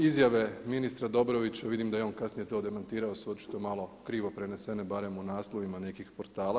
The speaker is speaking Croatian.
Izjave ministra Dobrovića, a vidim da je on kasnije to demantirao su očito malo krivo prenesene barem u naslovima nekih portala.